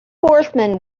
horsemen